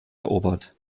erobert